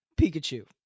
Pikachu